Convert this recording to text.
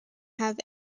have